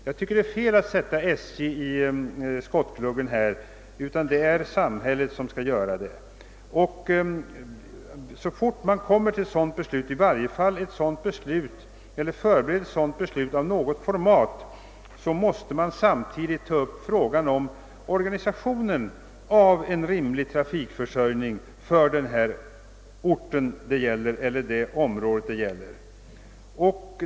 Jag anser att det är fel att sätta SJ i skottgluggen. Det är samhället som skall gripa in. Om man fattar beslut om eller förbereder en nedläggning av en viss bandel, måste man samtidigt ta upp frågan om en rimlig trafikförsörjning för dei område det gäller.